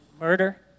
murder